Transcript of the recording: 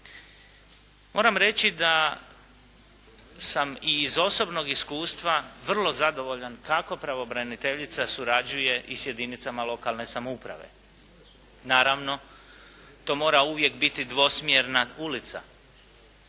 Moram reći da sam i iz osobnog iskustva vrlo zadovoljan kako pravobraniteljica surađuje i sa jedinicama lokalne samouprave. Naravno, to mora uvijek biti dvosmjerna ulica.